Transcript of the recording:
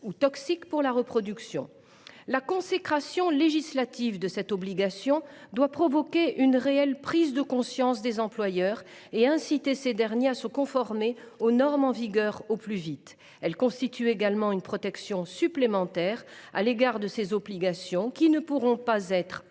ou toxiques pour la reproduction. La consécration législative de cette obligation doit susciter une réelle prise de conscience des employeurs et inciter ces derniers à se conformer aux normes en vigueur au plus vite. Elle constitue également une protection supplémentaire, car la disposition ne pourra pas être